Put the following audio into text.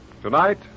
Tonight